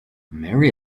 mary